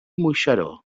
moixeró